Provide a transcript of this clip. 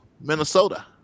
Minnesota